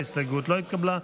ההסתייגות לא התקבלה.